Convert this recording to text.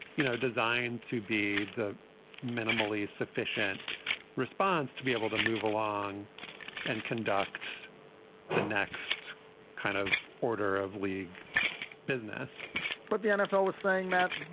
you know, designed to be the minimally sufficient response to be able to move along and conduct the next kind of order of league business but the nfl was saying that,